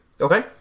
Okay